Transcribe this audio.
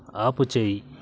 ఆపుచేయి